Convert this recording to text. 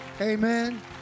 Amen